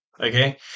Okay